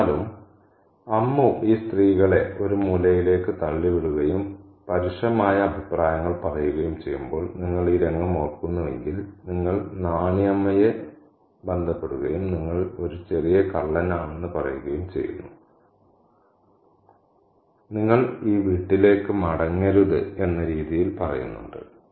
എന്നിരുന്നാലും അമ്മു ഈ സ്ത്രീകളെ ഒരു മൂലയിലേക്ക് തള്ളിവിടുകയും പരുഷമായ അഭിപ്രായങ്ങൾ പറയുകയും ചെയ്യുമ്പോൾ നിങ്ങൾ ഈ രംഗം ഓർക്കുന്നുവെങ്കിൽ നിങ്ങൾ നാണി അമ്മയെ ബന്ധപ്പെടുകയും നിങ്ങൾ ഒരു ചെറിയ കള്ളനാണെന്ന് പറയുകയും ചെയ്യുന്നു നിങ്ങൾ ഈ വീട്ടിലേക്ക് മടങ്ങരുത് എന്ന രീതിയിൽ പറയുന്നുണ്ട്